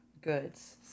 goods